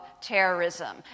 terrorism